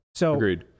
agreed